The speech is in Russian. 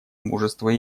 мужество